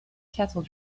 kettle